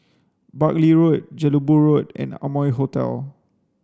Buckley Road Jelebu Road and Amoy Hotel